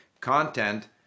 content